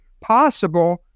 possible